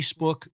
Facebook